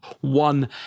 one